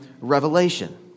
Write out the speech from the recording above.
Revelation